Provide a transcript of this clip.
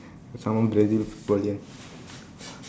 someone playing football here